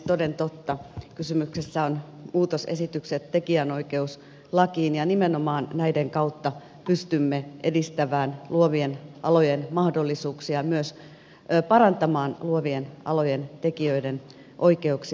toden totta kysymyksessä ovat muutosesitykset tekijänoikeuslakiin ja nimenomaan näiden kautta pystymme edistämään luovien alojen mahdollisuuksia myös parantamaan luovien alojen tekijöiden oikeuksia